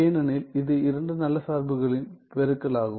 ஏனெனில் இது இரண்டு நல்ல சார்புகளின் பெருக்கலாகும்